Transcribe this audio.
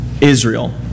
Israel